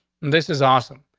this is awesome.